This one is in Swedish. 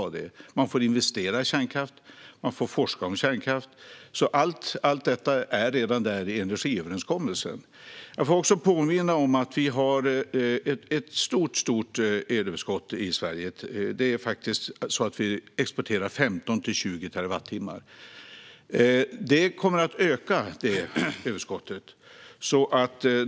Man får investera i kärnkraft och forska om kärnkraft. Allt detta finns alltså redan med i energiöverenskommelsen. Jag får också påminna om att vi har ett stort elöverskott i Sverige. Vi exporterar faktiskt 15-20 terawattimmar. Detta överskott kommer at öka.